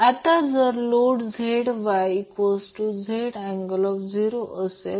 आता जर load ZYZ∠θ असेल